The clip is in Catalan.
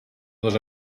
dos